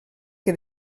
què